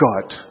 God